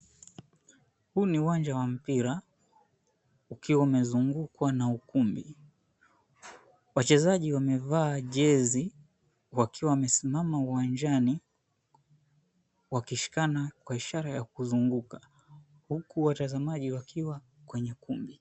Huu ni uwanja wa mpira ukiwa umezungukwa na ukumbi. Wachezaji wamevaa jezi, wakiwa wamesimama uwanjani, wakishikana kwa ishara ya kuzunguka. Huku watazamaji wakiwa kwenye kumbi.